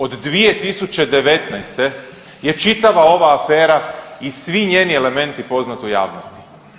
Od 2019. je čitava ova afera i svi njeni elementi poznati u javnosti.